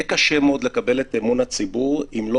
יהיה קשה מאוד לקבל את אימון הציבור אם לא